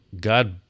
God